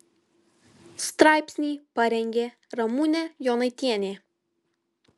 straipsnį parengė ramūnė jonaitienė